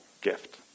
gift